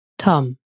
Tom